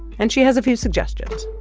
and she has a few suggestions.